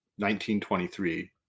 1923